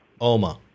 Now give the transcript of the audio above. Oma